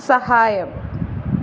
സഹായം